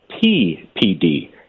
PPD